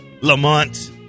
Lamont